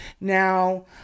now